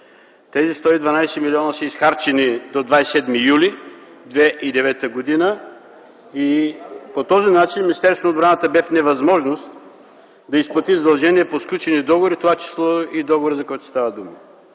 Тези 112 милиона са изхарчени до 27 юли 2009 г. и по този начин Министерството на отбраната бе в невъзможност да изплати задължения по сключени договори, в това число и договора, за който става дума.